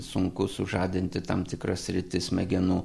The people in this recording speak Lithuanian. sunku sužadinti tam tikrą sritį smegenų